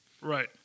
Right